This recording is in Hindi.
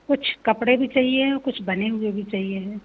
कुछ कपड़े भी चाहिए कुछ बने हुए भी चाहिए हैं